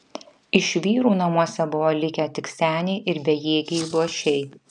iš vyrų namuose buvo likę tik seniai ir bejėgiai luošiai